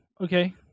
okay